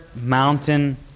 mountain